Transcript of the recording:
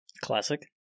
Classic